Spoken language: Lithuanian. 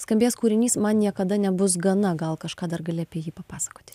skambės kūrinys man niekada nebus gana gal kažką dar gali apie jį papasakoti